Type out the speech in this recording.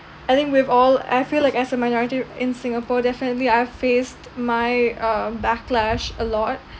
I think we've all I feel like as a minority in singapore definitely I've faced my uh backlash a lot